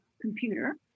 computer